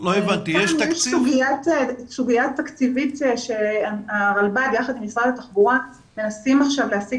יש כאן סוגיה תקציבית שהרלב"ד יחד עם משרד התחבורה מנסים עכשיו להשיג